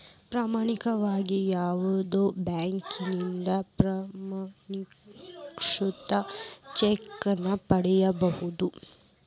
ಸಾಮಾನ್ಯವಾಗಿ ಯಾವುದ ಬ್ಯಾಂಕಿನಿಂದ ಪ್ರಮಾಣೇಕೃತ ಚೆಕ್ ನ ಪಡಿಬಹುದು